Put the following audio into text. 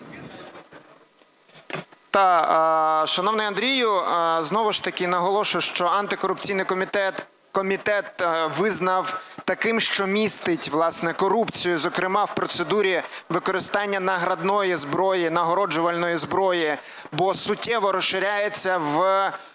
Я.Р. Шановний Андрію, знову ж таки наголошую, що антикорупційний комітет визнав таким, що містить, власне, корупцію, зокрема в процедурі використання нагородної зброї, нагороджувальної зброї, бо суттєво розширяється в